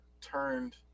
turned